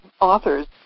authors